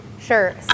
Sure